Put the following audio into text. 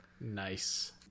nice